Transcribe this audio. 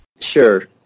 Sure